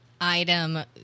item